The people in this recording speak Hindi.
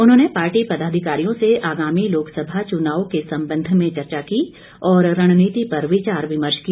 उन्होंने पार्टी पदाधिकारियों से आगामी लोकसभा चुनाव के संबंध में चर्चा की और रणनीति पर विचार विमर्श किया